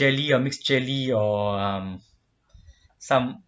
jelly or mixed jelly or um some